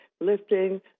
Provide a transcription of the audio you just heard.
lifting